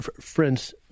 friends